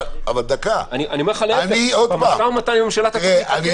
במשא ומתן עם הממשלה אתה צריך להתעקש.